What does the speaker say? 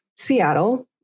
Seattle